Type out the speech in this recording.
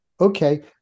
Okay